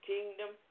Kingdom